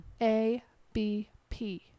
A-B-P